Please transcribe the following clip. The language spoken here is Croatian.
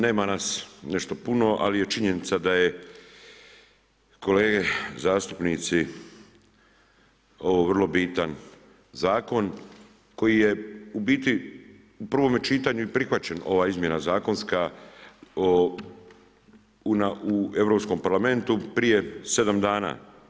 Nema nas nešto puno, ali je činjenica da je kolege zastupnici ovo vrlo bitan Zakon koji je u biti, u prvome čitanju i prihvaćena ova izmjena zakonska o u europskom parlamentu prije 7 dana.